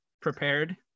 prepared